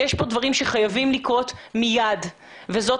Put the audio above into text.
יש כאן דברים שחייבים לקרות מיד וזאת